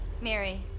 Mary